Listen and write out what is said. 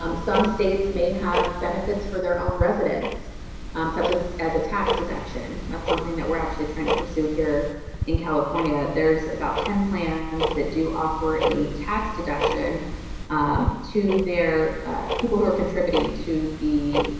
um some states may have benefits their own residents such as as a tax deduction, that's something that we're actually trying to pursue here in california. there's about ten plans that do offer a tax deduction to their people who are contributing to the